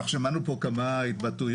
אנחנו שמענו פה כמה התבטאויות,